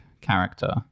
character